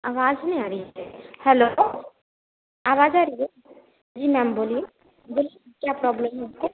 आवाज़ नहीं आ रही है हेलो आवाज आ रही है जी मैंम बोलिए बोलिए क्या प्रॉबलम है उसे